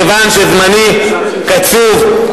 אך מכיוון שזמני קצוב,